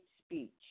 speech